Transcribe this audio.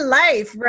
life